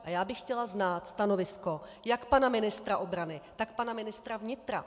A já bych chtěla znát stanovisko jak pana ministra obrany, tak pana ministra vnitra.